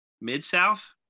Mid-South